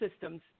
systems